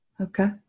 Okay